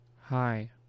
Hi